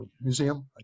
Museum